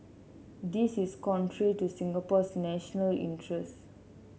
this is contrary to Singapore's national interests